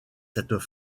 cette